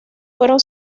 fueron